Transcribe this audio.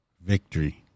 Victory